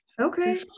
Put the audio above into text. okay